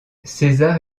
césar